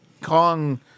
Kong